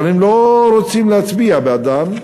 אבל הם לא רוצים להצביע בעדן.